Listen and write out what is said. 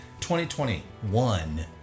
2021